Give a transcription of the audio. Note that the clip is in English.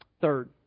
Third